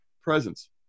presence